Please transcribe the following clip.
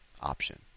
option